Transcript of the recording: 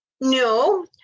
No